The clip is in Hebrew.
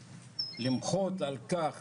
למחות על כך